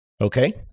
okay